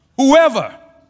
Whoever